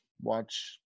watch